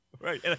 right